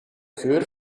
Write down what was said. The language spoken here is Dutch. geur